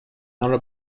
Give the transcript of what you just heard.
آنرا